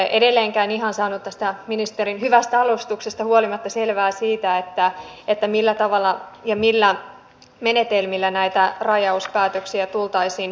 edelleenkään en ihan saanut tästä ministerin hyvästä alustuksesta huolimatta selvää siitä millä tavalla ja millä menetelmillä näitä rajauspäätöksiä tultaisiin korvaamaan